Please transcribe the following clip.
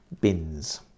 Bins